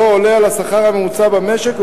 בו עולה על השכר הממוצע במשק.